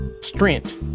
Strength